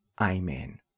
Amen